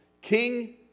King